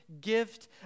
gift